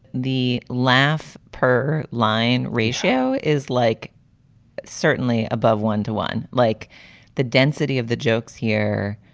the laugh per line ratio is like certainly above one to one, like the density of the jokes here.